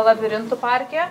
labirintų parke